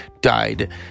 died